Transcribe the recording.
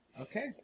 Okay